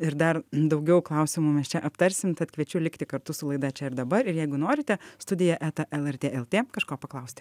ir dar daugiau klausimų mes čia aptarsim tad kviečiu likti kartu su laida čia ir dabar jeigu norite studija eta lrt lt kažko paklausti